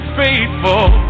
faithful